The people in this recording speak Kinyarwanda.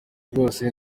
bwose